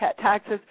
taxes